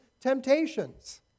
temptations